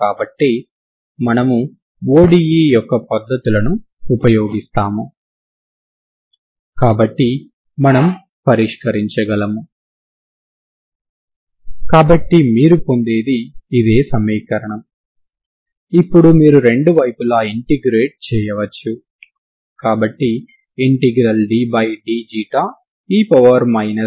కాబట్టి ఇప్పుడు మనం ప్రారంభ మరియు సరిహద్దు విలువలు కలిగిన సమస్యలకు ఒకటే పరిష్కారం ఉంటుందని ఈ ఎనర్జీ ఆర్గ్యుమెంట్ ద్వారా ఎలా చూపవచ్చో చూద్దాం కాబట్టి దీనిని ప్రారంభించడానికి మనం ఈ తరంగ సమీకరణం utt c2uxx0 x∈R ను తీసుకుంటాము సరేనా